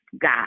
God